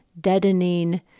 deadening